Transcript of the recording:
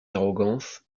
arrogance